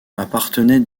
appartenait